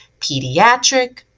pediatric